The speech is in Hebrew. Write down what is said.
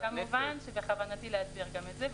כמובן שבכוונתי להסביר גם את זה.